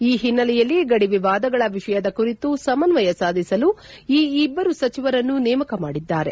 ಈ ಹಿನ್ನೆಲೆಯಲ್ಲಿ ಗಡಿ ವಿವಾದಗಳ ವಿಷಯದ ಕುರಿತು ಸಮನ್ವಯ ಸಾಧಿಸಲು ಈ ಇಬ್ಲರು ಸಚಿವರನ್ನು ನೇಮಕ ಮಾಡಿದ್ದಾರೆ